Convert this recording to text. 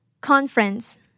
conference